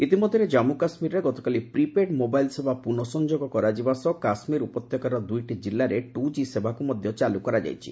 ଇତିମଧ୍ୟରେ ଜାମ୍ଗୁ କାଶ୍ମୀରରେ ଗତକାଲି ପ୍ରିପେଡ୍ ମୋବାଇଲ୍ ସେବା ପୁନଃସଫଯୋଗ କରାଯିବା ସହ କାଶ୍ମୀର ଉପତ୍ୟକାର ଦୁଇଟି କିଲ୍ଲାରେ ଟୁ ଜି ସେବାକୁ ମଧ୍ୟ ଚାଲୁ କରାଯାଇଛି